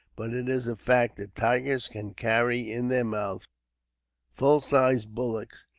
but it is a fact that tigers can carry in their mouths full-sized bullocks,